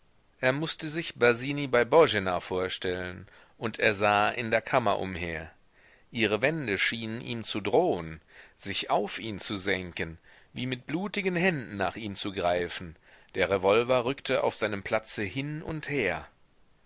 er mußte sich basini bei boena vorstellen und er sah in der kammer umher ihre wände schienen ihm zu drohen sich auf ihn zu senken wie mit blutigen händen nach ihm zu greifen der revolver rückte auf seinem platze hin und her